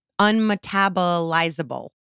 unmetabolizable